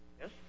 Yes